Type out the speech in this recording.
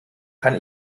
kann